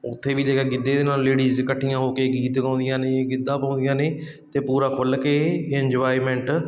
ਉੱਥੇ ਵੀ ਜੇਕਰ ਗਿੱਧੇ ਦੇ ਨਾਲ ਲੇਡੀਜ਼ ਇਕੱਠੀਆਂ ਹੋ ਕੇ ਗੀਤ ਗਾਉਂਦੀਆਂ ਨੇ ਗਿੱਧਾ ਪਾਉਂਦੀਆਂ ਨੇ ਅਤੇ ਪੂਰਾ ਖੁੱਲ੍ਹ ਕੇ ਇੰਜੋਇਮੈਂਟ